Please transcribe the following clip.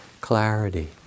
clarity